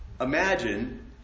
imagine